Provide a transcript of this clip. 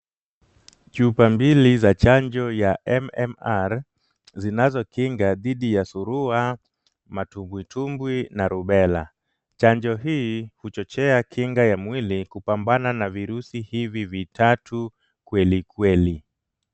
Chupa mbili za chanjo ya MMR , zinazokinga dhidi ya surua, matumbwitumbwi na rubela , chanjo hii kuchochea kinga ya mwili kupambana na virusi hivi vitatu kwelikweli.